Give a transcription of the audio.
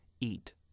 eat